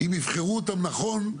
אם יבחרו אותם נכון,